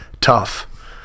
tough